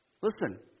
Listen